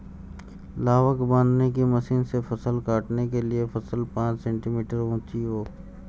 लावक बांधने की मशीन से फसल काटने के लिए फसल पांच सेंटीमीटर ऊंची हो